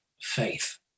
faith